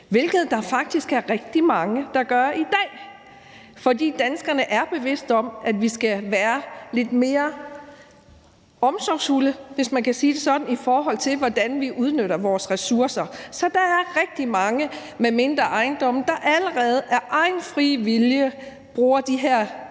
hvilket der faktisk er rigtig mange, der gør i dag. For danskerne er bevidste om, at vi skal være lidt mere omsorgsfulde, hvis man kan sige det sådan, i forhold til hvordan vi udnytter vores ressourcer. Så der er rigtig mange med mindre ejendomme, der allerede af egen fri vilje bruger de her